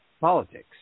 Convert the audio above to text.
politics